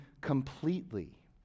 completely